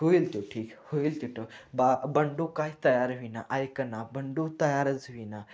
होईल तो ठीक होईल तो ठीक बा बंडू काय तयार होईना ऐकेना बंडू तयारच होईना